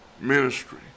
ministry